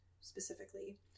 specifically